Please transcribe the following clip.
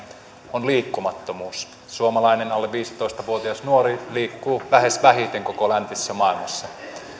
on liikkumattomuus suomalainen alle viisitoista vuotias nuori liikkuu lähes vähiten koko läntisessä maailmassa